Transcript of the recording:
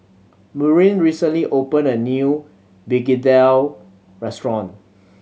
Maureen recently opened a new begedil restaurant